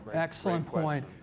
excellent point.